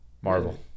Marvel